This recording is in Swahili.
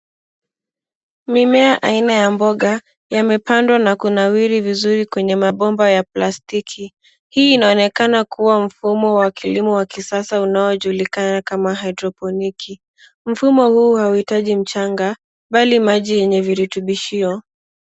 Mimea aina ya mboga yamepandwa na kunawiri vizuri kwenye mabomba ya plastiki. Hii inaonekana kuwa mfumo wa kilimo wa kisasa unaojulikana kama hydroponiki. Mfumo huu hauitaji mchanga, bali maji yenye virutubishio.